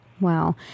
Wow